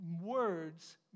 Words